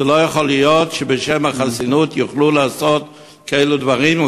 לא יכול להיות שבשם החסינות יוכלו לעשות כאלה דברים,